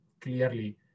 clearly